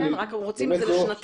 הם רוצים את זה לשנתיים.